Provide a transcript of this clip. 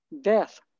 death